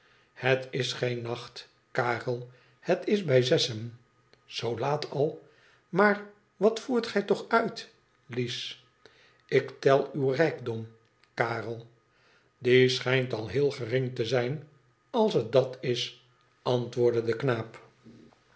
het is geen nacht karel het is bij zessen zoo laat al maar wat voert gij toch uit lies i ik tel uw rijkdom karel die schijnt al heel gering te zijn als het dit is antwoordde de knaap